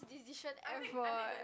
decision ever eh